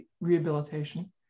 rehabilitation